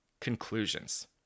conclusions